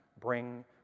bring